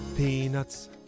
Peanuts